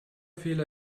fehler